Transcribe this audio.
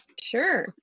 Sure